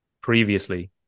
previously